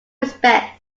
expect